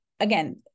again